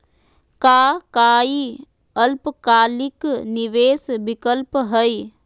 का काई अल्पकालिक निवेस विकल्प हई?